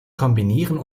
kombinieren